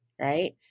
right